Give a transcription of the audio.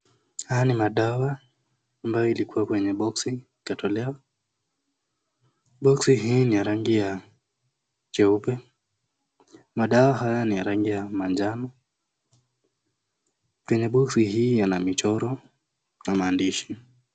Haya ni madawa ambayo ilikuwa kwenye boksi ikatolewa. Boksi hii ni ya rangi ya jeupe. Madawa haya ni ya rangi ya manjano. Kwenye boksi hii yana michoro na maandishi.